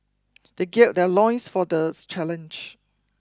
they gird their loins for these challenge